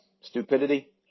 stupidity